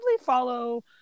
follow